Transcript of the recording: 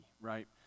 right